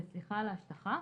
וסליחה על ההשטחה,